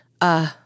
Uh